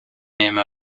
name